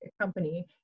company